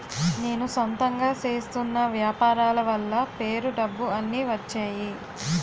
నేను సొంతంగా చేస్తున్న వ్యాపారాల వల్ల పేరు డబ్బు అన్ని వచ్చేయి